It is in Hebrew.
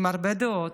עם הרבה דעות,